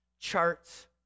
charts